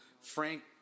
Frank